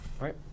right